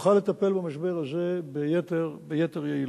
נוכל לטפל במשבר הזה ביתר יעילות.